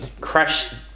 crash